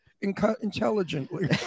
intelligently